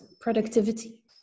productivity